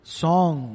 song